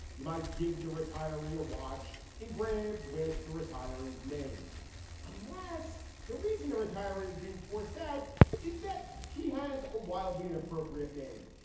you might give the retiree a watch engraved with the retirees name unless the reason the retiree is being forced out is that he has a wildly inappropriate name.